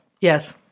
Yes